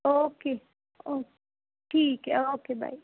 okay okay ਠੀਕ ਹੈ okay bye